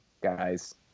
guys